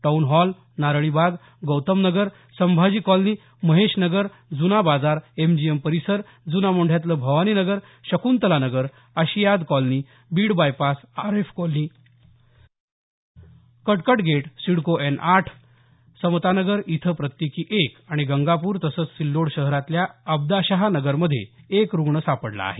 town hall Naralibag Gautam Nagar Sambhaji colony Mahesh Nagar Juna Bazar MGM परिसर जुना मोंढ्यातलं Bhavani Nagar Shakuntala Nagar Ashiyad colony Beed bypass Aref colony Katkat gate CIDCO N आठ समता नगर इथं प्रत्येकी एक आणि गंगापूर तसंच सिल्लोड शहरातल्या अब्दाशहा नगरमध्ये एक रुग्ण सापडला आहे